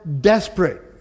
desperate